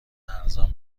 ارزان